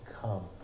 come